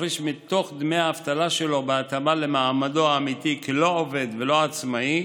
מפריש מתוך דמי האבטלה שלו בהתאמה למעמדו האמיתי כלא עובד ולא עצמאי,